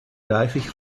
reichlich